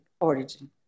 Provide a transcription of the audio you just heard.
origin